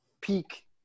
peak